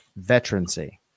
veterancy